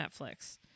Netflix